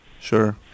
Sure